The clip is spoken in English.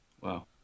Wow